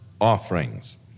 offerings